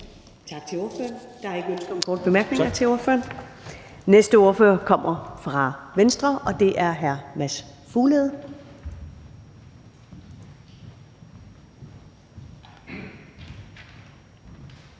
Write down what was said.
Tak til ordføreren. Der er ikke ønske om korte bemærkninger til ordføreren. Næste ordfører kommer fra Venstre, og det er hr. Mads Fuglede.